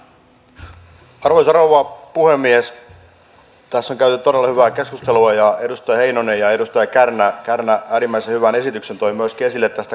tässä on käyty todella hyvää keskustelua ja edustaja heinonen ja edustaja kärnä äärimmäisen hyvän esityksen toivat myöskin esille tästä korttimallista